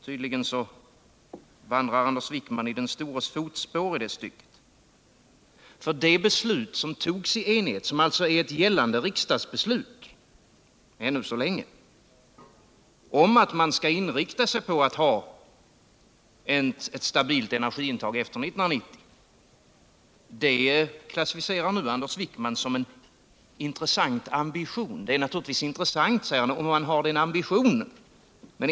Tydligen vandrar Anders Wijkman i den stores fotspår i det stycket. Det beslut som togs i enighet och som alltså är ot gällande riksdagsbeslut —-ännu så länge —om att man skall inrikta sig på att ha ett stabilt encergiintag efter 1990 klassificeras nu av Anders Wijkman som en intressant ambition. Det är naturligtvis intressant, säger han, om man har den ambitionen.